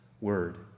word